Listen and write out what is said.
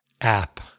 app